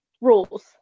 rules